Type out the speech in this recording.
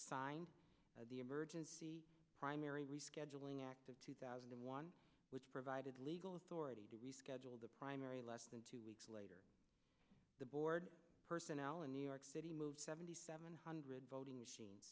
signed the emergency primary rescheduling act of two thousand and one which provided legal authority to schedule the primary less than two weeks later the board personnel in new york city move seventy seven hundred